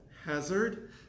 hazard